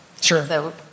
Sure